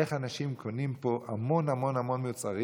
איך אנשים קונים פה המון המון מוצרים